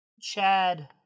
Chad